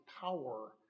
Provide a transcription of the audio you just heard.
power